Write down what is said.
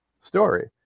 story